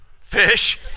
Fish